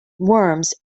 worms